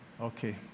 okay